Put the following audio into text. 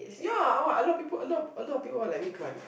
ya what a lot of people a lot of people will let me climb